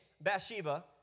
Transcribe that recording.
Bathsheba